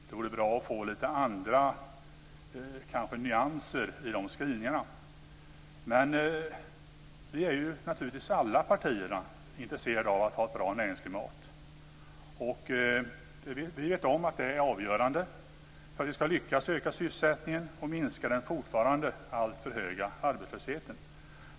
Det vore kanske bra att få lite andra nyanser i de här skrivningarna. Men alla partier är naturligtvis intresserade av att ha ett bra näringsklimat. Vi vet att det är avgörande för att vi ska lyckas öka sysselsättningen och minska den fortfarande alltför höga arbetslösheten.